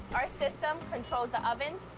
our system controls the ovens,